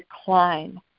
decline